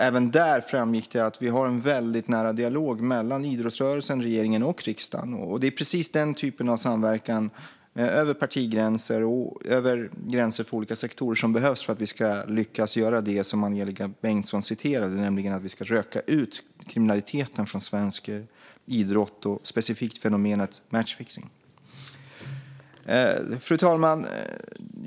Även där framgick det att vi har en väldigt nära dialog mellan idrottsrörelsen, regeringen och riksdagen. Det är precis den typen av samverkan över partigränser och över gränser för olika sektorer som behövs för att vi ska lyckas - i enlighet med det citat som Angelika Bengtsson återger - röka ut kriminaliteten och specifikt fenomenet matchfixning från svensk idrott. Fru talman!